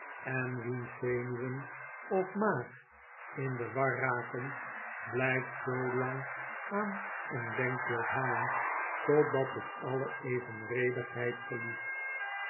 en wiens zenuwenof maaginde war raken blijft ztfolapg aan een denkbeeld hangen totdat het alle evenredigheid verliest